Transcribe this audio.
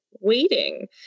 waiting